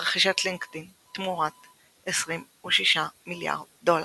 רכישת לינקדאין תמורת 26 מיליארד דולר.